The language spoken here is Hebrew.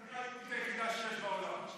למדינה היהודית היחידה שיש בעולם.